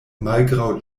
malgraŭ